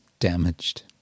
Damaged